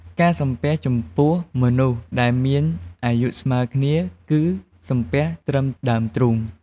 ការសំពះ ចំពោះមនុស្សដែលមានអាយុស្មើគ្នា គឹសំពះត្រឹមដើមទ្រូង។